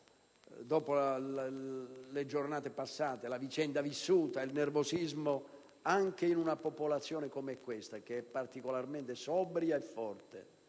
dopo le giornate passate, la vicenda vissuta, c'è nervosismo anche in una popolazione come questa, che è particolarmente sobria e forte.